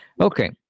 Okay